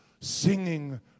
singing